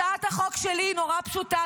הצעת החוק שלי מאוד פשוטה,